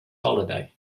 holiday